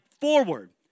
forward